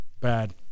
bad